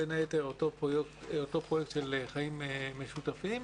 בין היתר פרויקט של חיים משותפים.